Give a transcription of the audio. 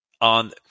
on –